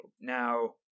now